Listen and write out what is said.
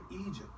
Egypt